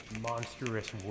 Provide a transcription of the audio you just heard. monstrous